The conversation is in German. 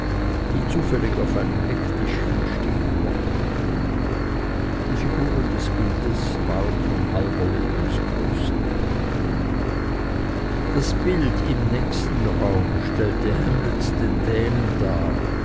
die zufällig auf einem ecktischchen stehen mochte die figuren des bildes waren von halber lebensgröße das bild im nächsten raume stellte hamlet den dänen dar